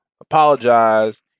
apologize